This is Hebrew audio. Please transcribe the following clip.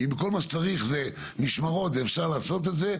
ואם כל מה שצריך זה משמרות ואפשר לעשות את זה,